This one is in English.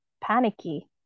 panicky